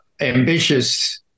ambitious